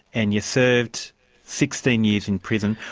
and you served sixteen years in prison.